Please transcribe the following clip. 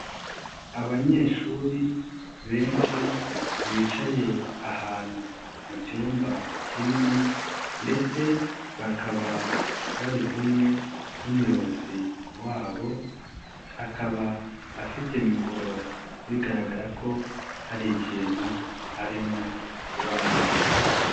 Abanyeshuri benshi bicaye ahantu mu cyumba kinini ndetse bakaba bari kumwe n'umuyobozi wabo akaba afite mikoro bigaragara ko hari ikintu arimo kubabwira.